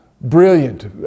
brilliant